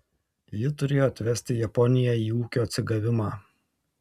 ji turėjo atvesti japoniją į ūkio atsigavimą